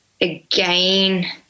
again